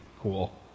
cool